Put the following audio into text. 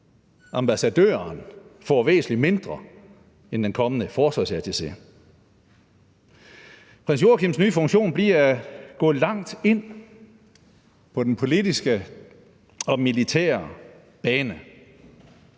ambassadøren får væsentlig mindre end den kommende forsvarsattaché. Prins Joachims nye funktion bliver at gå langt ind på den politiske og den militære bane.